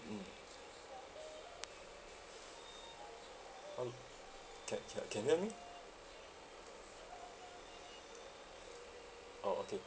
mm okay can can can hear me orh okay